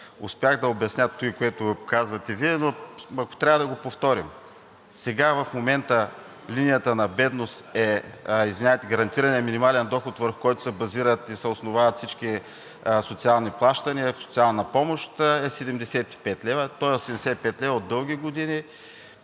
успях да обясня това, което казвате, но ако трябва, да го повторим. Сега в момента гарантираният минимален доход, върху който се базират и се основават всички социални плащания и социална помощ, е 75 лв. и той е 75 лв. от дълги години.